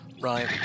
Right